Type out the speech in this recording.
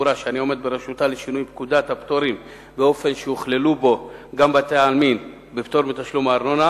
מחויבות המועצות הדתיות לשלם ארנונה על בתי-העלמין שבתחומן,